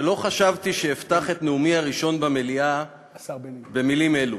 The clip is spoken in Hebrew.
שלא חשבתי שאפתח את נאומי הראשון במליאה במילים אלו,